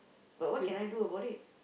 but what can I do about it